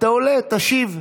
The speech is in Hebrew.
אתה עולה, תשיב.